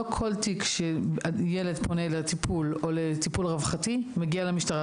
לא כל תיק שילד פונה לטיפול או לטיפול רווחתי מגיע למשטרה.